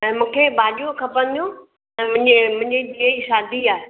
ऐं मूंखे भाॼियूं खपंदियूं त मुंहिंजे मुंहिंजी धीउ जी शादी आहे